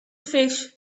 fish